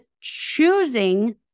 choosing